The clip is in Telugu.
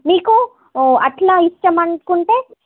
మీకు అట్ల ఇష్టమనుకుంటే